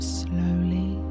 slowly